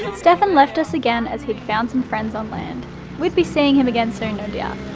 stefan left us again as he'd found some friends on land we'd be seeing him again soon no doubt.